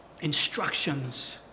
instructions